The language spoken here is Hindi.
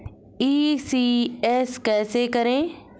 ई.सी.एस कैसे करें?